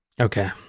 okay